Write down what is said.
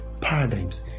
Paradigms